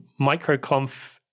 MicroConf